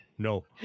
No